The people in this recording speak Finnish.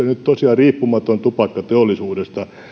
nyt hyväksymässä tosiaan riippumaton tupakkateollisuudesta